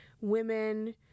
Women